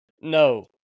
No